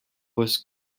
was